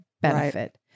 benefit